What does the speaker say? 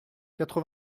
quatre